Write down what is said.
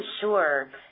sure